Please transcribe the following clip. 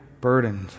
burdened